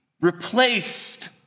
replaced